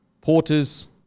porters